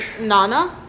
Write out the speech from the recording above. nana